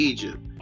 Egypt